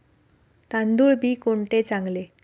तांदूळ बी कोणते चांगले?